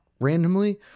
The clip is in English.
randomly